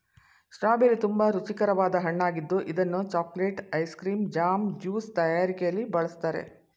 strawberry ತುಂಬಾ ರುಚಿಕರವಾದ ಹಣ್ಣಾಗಿದ್ದು ಇದನ್ನು chocolates, ice cream, jam, juice ತಯಾರಿಕೆಯಲ್ಲಿ ಬಳ್ಸತ್ತರೆ